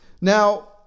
Now